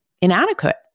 inadequate